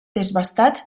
desbastats